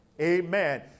amen